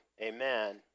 amen